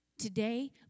today